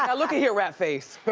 and looky here, rat face.